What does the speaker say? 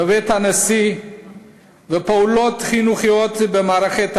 בבית הנשיא ובפעולות חינוכיות במערכת החינוך,